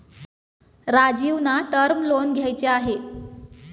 राजीवना term loan घ्यायचे आहे